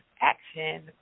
action